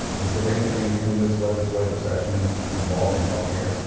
is there anything in this legislative session involving healthcare?